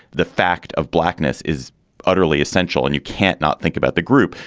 the fact of blackness is utterly essential and you can't not think about the group.